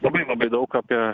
labai labai daug apie